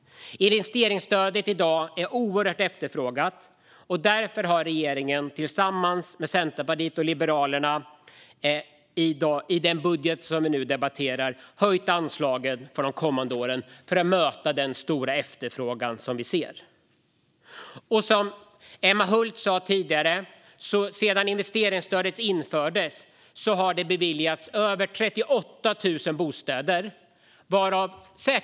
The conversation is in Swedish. Investeringsstödet är mycket efterfrågat, och därför höjer regeringen tillsammans med Centerpartiet och Liberalerna anslagen de kommande åren för att möta den stora efterfrågan. Som Emma Hult tidigare sa har investeringsstödet sedan det infördes beviljats för över 38 000 bostäder.